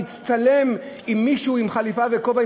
להצטלם עם מישהו עם חליפה וכובע,